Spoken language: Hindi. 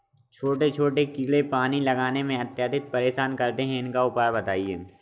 छोटे छोटे कीड़े पानी लगाने में अत्याधिक परेशान करते हैं इनका उपाय बताएं?